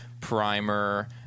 Primer